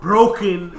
Broken